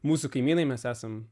mūsų kaimynai mes esam